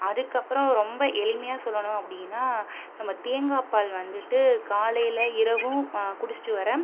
அதுக்கு அப்புறம் ரொம்ப எளிமையாக சொல்லணும் அப்படின்னா நம்ப தேங்காய் பால் வந்துட்டு காலையில் இரவும் குடிச்சுட்டு வர